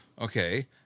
Okay